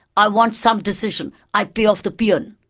i want some decision, i pay off the peon,